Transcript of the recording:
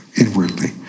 inwardly